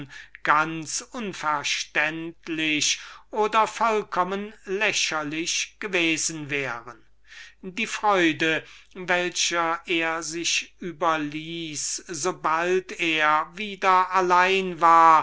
ganz unverständlich oder vollkommen lächerlich gewesen wären die freude welcher er sich überließ so bald er sich allein sah